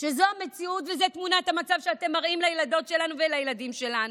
שזו המציאות וזו תמונת המצב שאתם מראים לילדות שלנו ולילדים שלנו.